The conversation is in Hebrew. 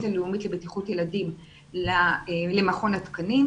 הלאומית לבטיחות ילדים למכון התקנים.